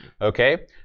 Okay